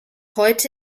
heute